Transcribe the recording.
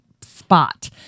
spot